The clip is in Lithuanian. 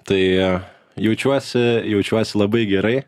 tai jaučiuosi jaučiuosi labai gerai